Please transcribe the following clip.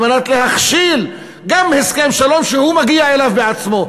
על מנת להכשיל גם הסכם שלום שהוא מגיע אליו בעצמו.